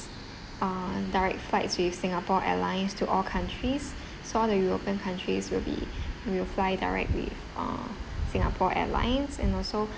uh direct flights with singapore airlines to all countries so all the european countries will be we will fly directly with uh Singapore Airlines and also